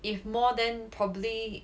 if more than probably